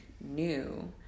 new